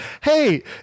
hey